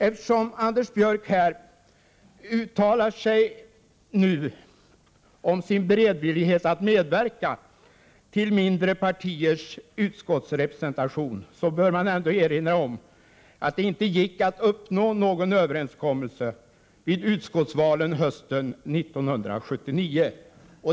Eftersom Anders Björck nu uttalar sig om sin beredvillighet att medverka till mindre partiers utskottsrepresentation, bör man ändå erinra om att det inte gick att uppnå någon överenskommelse vid utskottsvalen hösten 1979.